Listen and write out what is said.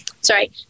Sorry